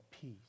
peace